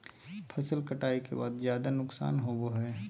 फसल कटाई के बाद ज्यादा नुकसान होबो हइ